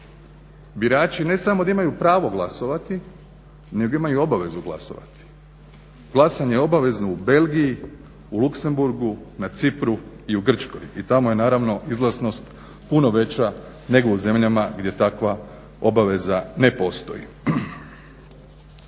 birači ne samo da imaju pravo glasovati, nego imaju i obavezu glasovati. Glasanje je obavezno u Belgiji, u Luxemburgu, na Cipru i u Grčkoj i tamo je naravno izlaznost puno veća nego u zemljama gdje takva obaveza ne postoji.